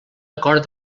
acord